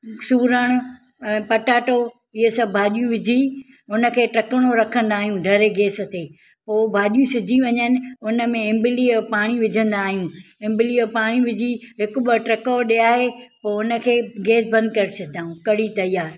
सूरण ऐं पटाटो ये सभु भाॼियूं विझी उनखें टकिनो रखंदा आहियूं ढरे गैस ते हो भाॼियूं सिझी वञणु उनमें इंबली जो पाणी विझंदा आहियूं इंबली जो पाणी विझी हिकु ॿ ट्रको ॾेआए पोइ हुनखे गैस बंदि करे छॾिदा आहियूं कढ़ी तयारु